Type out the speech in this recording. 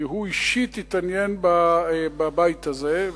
כי הוא אישית התעניין בבית הזה.